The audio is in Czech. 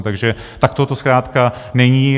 Takže takto to zkrátka není.